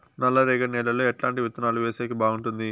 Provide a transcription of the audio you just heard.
నల్లరేగడి నేలలో ఎట్లాంటి విత్తనాలు వేసేకి బాగుంటుంది?